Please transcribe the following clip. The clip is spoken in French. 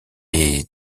est